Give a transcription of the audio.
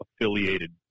affiliated